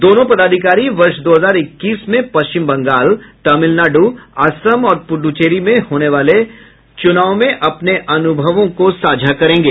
दोनों पदाधिकारी वर्ष दो हजार इक्कीस में पश्चिम बंगाल तमिलनाडू असम और पुडुचेरी में होने वाले चुनाव में अपने अनुभवों को साझा करेंगे